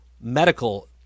medical